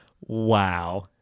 Wow